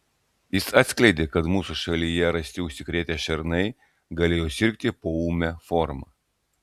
jis atskleidė kad mūsų šalyje rasti užsikrėtę šernai galėjo sirgti poūme forma